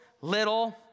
little